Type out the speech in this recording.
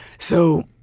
so